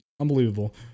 Unbelievable